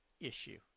issue